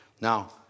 Now